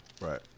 Right